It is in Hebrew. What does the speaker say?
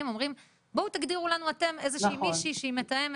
ואומרים להם "בואו תגדירו לנו אתם איזה שהיא מישהי שהיא מתאמת".